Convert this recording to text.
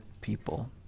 people